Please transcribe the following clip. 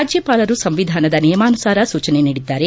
ರಾಜ್ಯಪಾಲರು ಸಂವಿಧಾನದ ನಿಯಮಾನುಸಾರ ಸೂಚನೆ ನೀಡಿದ್ದಾರೆ